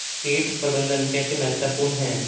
कीट प्रबंधन कैसे महत्वपूर्ण है?